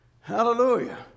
Hallelujah